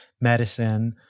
medicine